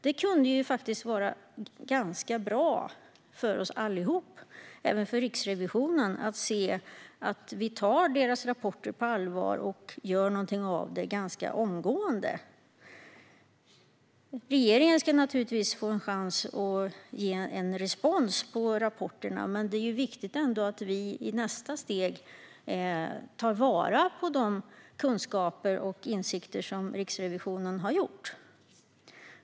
Det skulle faktiskt kunna vara ganska bra för allihop, även för Riksrevisionen, att se att vi tar Riksrevisionens rapporter på allvar och gör någonting ganska omgående. Regeringen ska naturligtvis få en chans att ge respons på rapporterna, men det är viktigt att vi i nästa steg tar vara på de kunskaper och insikter som Riksrevisionen har.